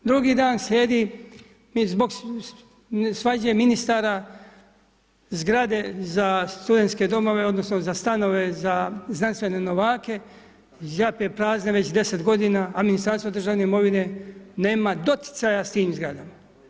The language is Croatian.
Drugi dan slijedi, zbog svađe ministara, zgrade za studentske domove, odnosno, za stanove, za znanstvene novake, zjape prazne već 10 g. a ministarstvo državne imovine nema doticaja s tim zgradama.